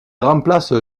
remplace